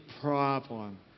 problem